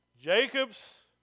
Jacob's